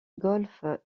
golfe